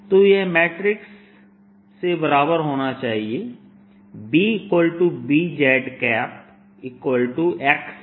तो यह मैट्रिक्स से बराबर होना चाहिए